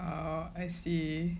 ah I see